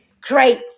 great